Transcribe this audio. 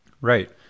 Right